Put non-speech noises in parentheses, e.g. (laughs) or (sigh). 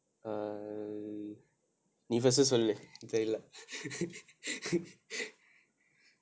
um நீ:ni first சொல்லு தெரியில்ல:sollu theriyilla (laughs)